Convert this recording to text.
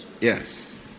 Yes